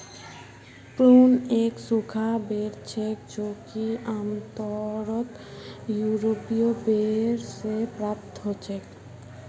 prune एक सूखा बेर छेक जो कि आमतौरत यूरोपीय बेर से प्राप्त हछेक